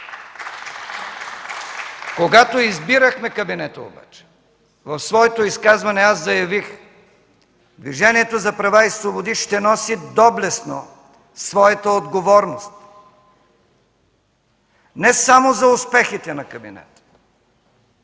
Когато избирахме кабинета обаче, в своето изказване аз заявих: „Движението за права и свободи ще носи доблестно своята отговорност не само за успехите на кабинета,